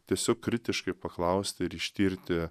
tiesiog kritiškai paklausti ir ištirti